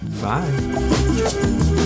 Bye